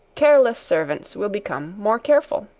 careless servants will become more careful.